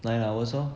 nine hours lor